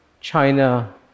China